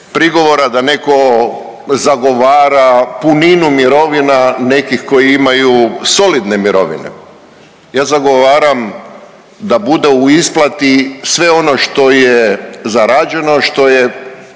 da neko zagovara puninu mirovina nekih koji imaju solidne mirovine. Ja zagovaram da bude u isplati sve ono što je zarađeno, što je